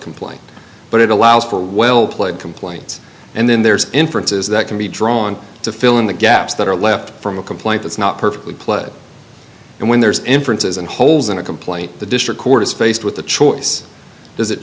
complaint but it allows for well played complaints and then there's inferences that can be drawn to fill in the gaps that are left from a complaint that's not perfectly pled and when there's inferences and holes in a complaint the district court is faced with a choice does it